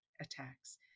attacks